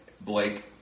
Blake